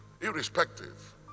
irrespective